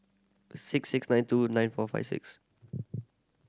six six nine two nine four five six